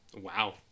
Wow